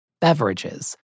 beverages